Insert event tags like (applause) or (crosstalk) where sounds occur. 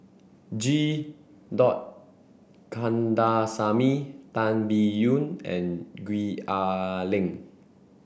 G (unintelligible) Kandasamy Tan Biyun and Gwee Ah Leng